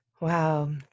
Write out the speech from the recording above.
wow